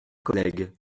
collègues